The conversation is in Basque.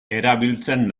erabiltzen